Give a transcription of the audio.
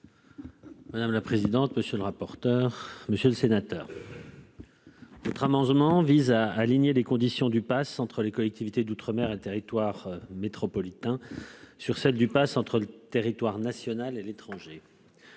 Madame la présidente, monsieur le rapporteur, monsieur le sénateur. Notre amendement vise à aligner les conditions du passe entre les collectivités d'outre-mer et le territoire métropolitain sur celle du Pass entre le territoire national et l'étranger.